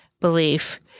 belief